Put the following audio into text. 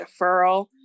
deferral